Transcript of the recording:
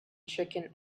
chicken